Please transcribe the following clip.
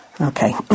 Okay